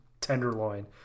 tenderloin